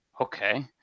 Okay